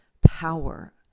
power